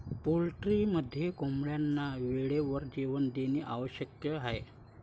पोल्ट्रीमध्ये कोंबड्यांना वेळेवर जेवण देणे आवश्यक आहे